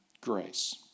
grace